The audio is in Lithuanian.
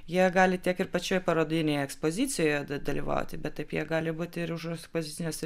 jie gali tiek ir pačioje parodinėje ekspozicijoje dalyvauti bet taip jie gali būti ir už ekspozicinės